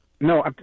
No